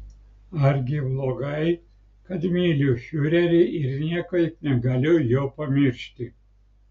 argi blogai kad myliu fiurerį ir niekaip negaliu jo pamiršti